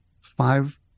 five